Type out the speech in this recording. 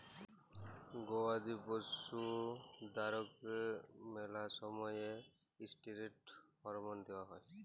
গবাদি পশুদ্যারকে ম্যালা সময়ে ইসটিরেড হরমল দিঁয়া হয়